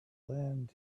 land